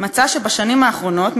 מצא שבשנים האחרונות,